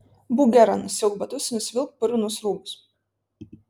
būk gera nusiauk batus ir nusivilk purvinus rūbus